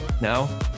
Now